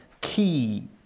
key